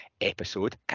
episode